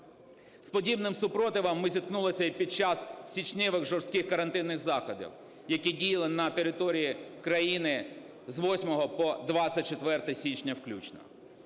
З подібним супротивом ми зіткнулися і під час січневих жорстких карантинних заходів, які діяли на території країни з 8 по 24 січня включно.